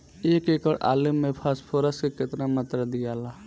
एक एकड़ आलू मे फास्फोरस के केतना मात्रा दियाला?